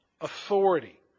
authority